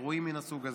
אירועים מן הסוג הזה.